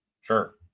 sure